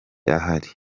ahari